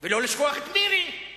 ולא לשכוח את מירי.